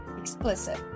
explicit